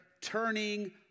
turning